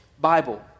Bible